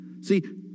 See